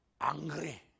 angry